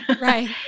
right